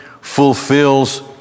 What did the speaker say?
fulfills